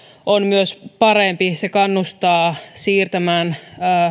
on myös parempi se kannustaa siirtämään